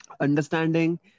understanding